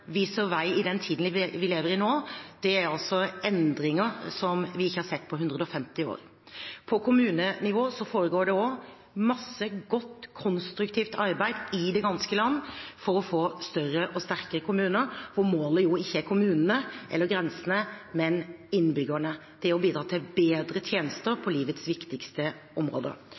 viser vei i den tiden vi lever i nå, med endringer vi ikke har sett på 150 år. På kommunenivå foregår det også masse godt, konstruktivt arbeid i det ganske land for å få større og sterkere kommuner. Målet er ikke kommunene eller grensene, men innbyggerne – ved å bidra til bedre tjenester på livets viktigste områder.